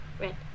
Red